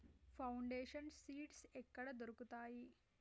Foundation seeds ఎక్కడ దొరుకుతాయి?